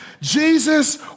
Jesus